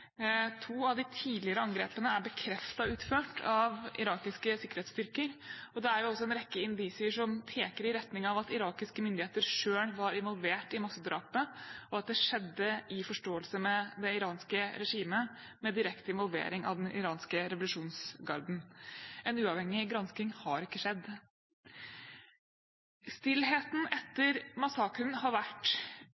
To av de tidligere angrepene er bekreftet utført av irakiske sikkerhetsstyrker, og det er også en rekke indisier som peker i retning av at irakiske myndigheter selv var involvert i massedrapet, og at det skjedde i forståelse med det iranske regimet med direkte involvering av den iranske Revolusjonsgarden. En uavhengig gransking har ikke skjedd. Stillheten